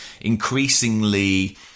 increasingly